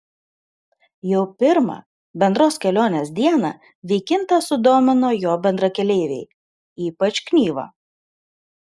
jau pirmą bendros kelionės dieną vykintą sudomino jo bendrakeleiviai ypač knyva